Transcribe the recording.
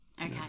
Okay